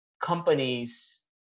companies